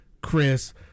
Chris